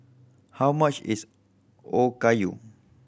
how much is Okayu